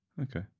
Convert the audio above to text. Okay